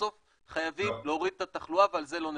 בסוף חייבים להוריד את התחלואה ועל זה לא נוותר.